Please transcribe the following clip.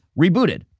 rebooted